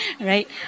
right